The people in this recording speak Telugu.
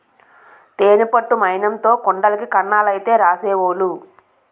తేనె పట్టు మైనంతో కుండలకి కన్నాలైతే రాసేవోలు